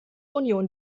union